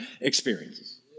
experiences